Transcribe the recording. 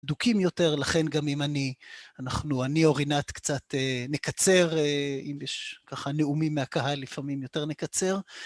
דוקים יותר, לכן גם אם אני או רינת קצת נקצר, אם יש ככה נאומים מהקהל, לפעמים יותר נקצר.